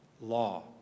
law